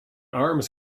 arms